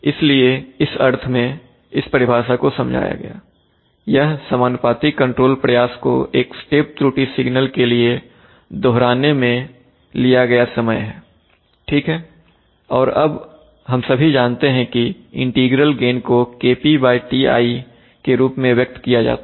इसलिए इस अर्थ में इस परिभाषा को समझाया गया यह समानुपाती कंट्रोल प्रयास को एक स्टेप त्रुटि सिग्नल के लिए दोहराने में लिया गया समय है ठीक है और हम सभी जानते है कि इंटीग्रल गेन को Kp Ti के रूप में व्यक्त किया जाता है